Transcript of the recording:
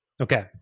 Okay